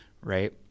Right